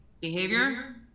behavior